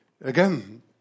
Again